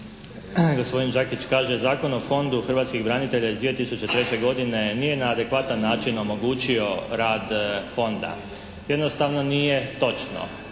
Gospodin Đakić kaže "Zakon o fondu hrvatskih branitelja iz 2003. godine nije na adekvatan način omogućio rad Fonda". Jednostavno nije točno.